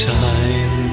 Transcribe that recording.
time